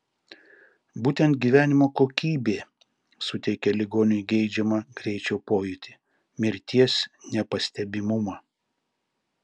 būtent gyvenimo kokybė suteikia ligoniui geidžiamą greičio pojūtį mirties nepastebimumą